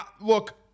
look